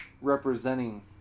representing